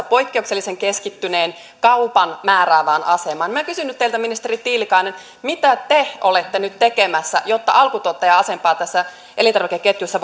poikkeuksellisen keskittyneen kaupan määräävään asemaan minä kysyn nyt teiltä ministeri tiilikainen mitä te olette nyt tekemässä jotta alkutuottajan asemaa tässä elintarvikeketjussa